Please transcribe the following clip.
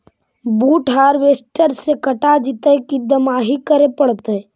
बुट हारबेसटर से कटा जितै कि दमाहि करे पडतै?